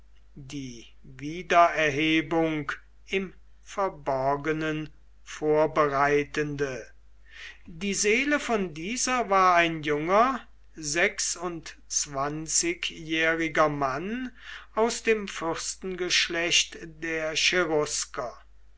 die wiedererhebung im verborgenen vorbereitende die seele von dieser war ein junger sechsundzwanzigjähriger mann aus dem fürstengeschlecht der